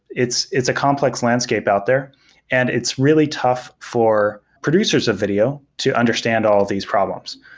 it's it's a complex landscape out there and it's really tough for producers of video to understand all of these problems.